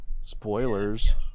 Spoilers